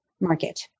market